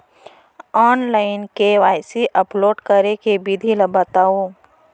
Online KYC upload करे के विधि ला बतावव?